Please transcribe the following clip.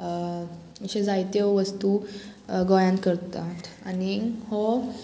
अश्यो जायत्यो वस्तू गोंयान करतात आनी हो